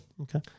Okay